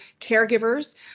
caregivers